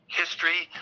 history